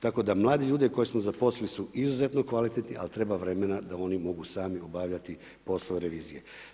Tako da mlade ljude koje smo zaposlili, su izuzetno kvalitetni, ali treba vremena da oni mogu sami obavljati poslove revizije.